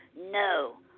No